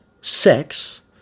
sex